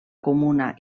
comuna